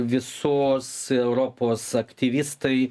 visos europos aktyvistai